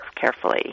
carefully